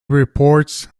reports